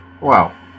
Wow